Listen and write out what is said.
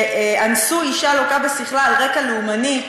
שאנסו אישה לוקה בשכלה על רקע לאומני,